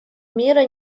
мира